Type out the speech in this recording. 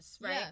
right